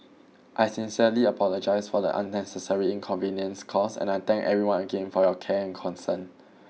I sincerely apologise for the unnecessary inconvenience caused and I thank everyone again for your care and concern